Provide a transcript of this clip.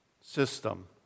system